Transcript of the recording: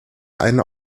allen